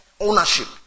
Ownership